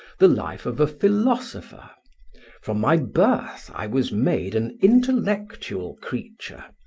the life of a philosopher from my birth i was made an intellectual creature,